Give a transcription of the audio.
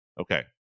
Okay